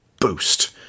boost